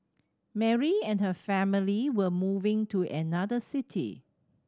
Mary and her family were moving to another city